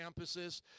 campuses